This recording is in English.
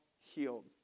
healed